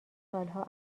سالها